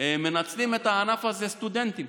מנצלים את הענף הזה סטודנטים.